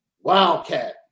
wildcat